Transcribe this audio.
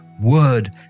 word